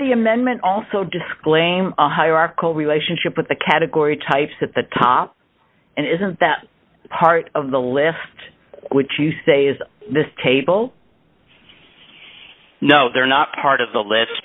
the amendment also disclaim hierarchal relationship with the category types at the top and isn't that part of the list would you say is this table no they're not part of the list